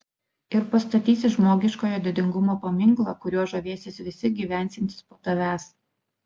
ir pastatysi žmogiškojo didingumo paminklą kuriuo žavėsis visi gyvensiantys po tavęs